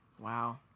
Wow